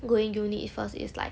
going uni it first is like